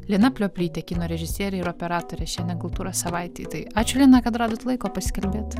lina plioplytė kino režisierė ir operatorė šiandien kultūros savaitėj tai ačiū lina kad radot laiko pasikalbėt